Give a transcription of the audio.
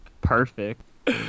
perfect